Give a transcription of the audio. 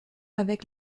avec